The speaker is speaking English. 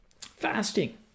fasting